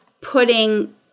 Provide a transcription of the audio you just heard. putting